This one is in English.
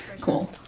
Cool